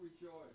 rejoice